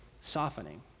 softening